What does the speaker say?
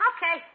Okay